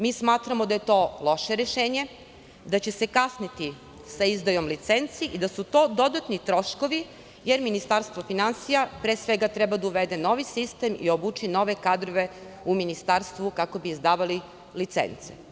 Mi smatramo da je loše rešenje, da će se kasniti sa izdajom licenci i da su to dodatni troškovi jer Ministarstvo finansija, pre svega treba da uvede novi sistem i obuči nove kadrove u Ministarstvu, kako bi izdavali licence.